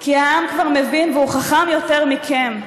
כי העם כבר מבין, והוא חכם יותר מכם.